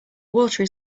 water